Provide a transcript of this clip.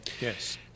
Yes